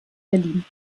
berlin